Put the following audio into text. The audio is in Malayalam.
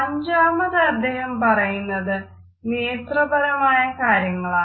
അഞ്ചാമത് അദ്ദേഹം പറയുന്നത് നേത്രപരമായ കാര്യങ്ങളാണ്